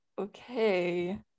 okay